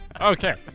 Okay